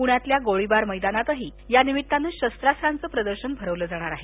पुण्यातल्या गोळीबार मैदानात यानिमितत्तानं शस्त्रास्त्रांचं प्रदर्शन भरवलं जाणार आहे